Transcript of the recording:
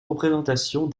représentations